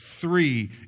three